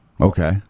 okay